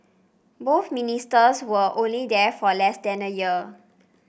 both ministers were only there for less than a year